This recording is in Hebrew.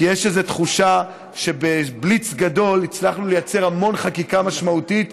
כי יש תחושה שבבליץ גדול הצלחנו לייצר המון חקיקה משמעותית,